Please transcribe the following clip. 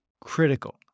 critical